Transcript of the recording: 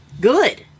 good